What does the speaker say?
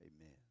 Amen